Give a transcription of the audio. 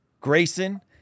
Grayson